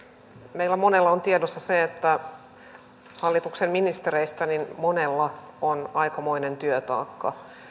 meillä monella on tiedossa se että hallituksen ministereistä monella on aikamoinen työtaakka